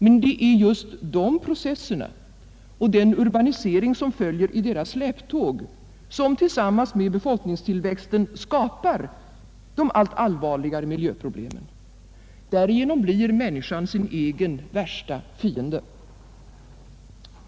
Men det är just de processerna och den urbanisering som följer i deras släptåg, som tillsammans med befolkningstillväxten skapar de allt allvarligare miljöproblemen. Därigenom blir människan sin egen värsta fiende.